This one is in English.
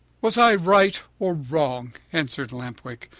was i right or wrong? answered lamp-wick.